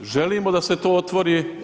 Želimo da se to otvori.